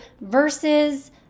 versus